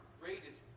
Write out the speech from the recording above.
greatest